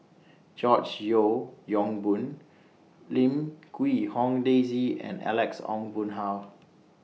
George Yeo Yong Boon Lim Quee Hong Daisy and Alex Ong Boon Hau